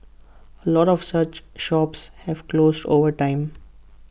A lot of such shops have closed over time